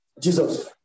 Jesus